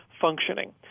functioning